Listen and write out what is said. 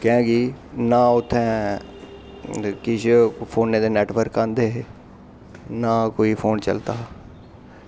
की के ना उत्थें किश फोनै दे नेटवर्क आंदे हे ना कोई फोन चलदा हा